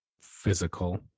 Physical